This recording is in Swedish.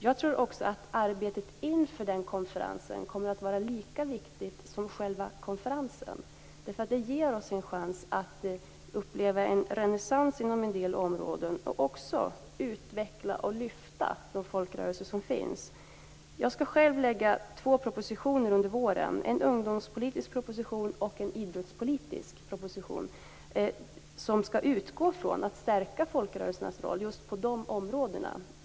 Jag tror att arbetet inför den konferensen kommer att vara lika viktigt som själva konferensen, för det ger oss en chans att uppleva en renässans inom en del områden och att utveckla och lyfta fram de folkrörelser som finns. Jag skall själv lägga fram två propositioner under våren, en ungdomspolitisk proposition och en idrottspolitisk proposition. Dessa propositioner skall utgå från att stärka folkrörelsernas roll just på dessa områden.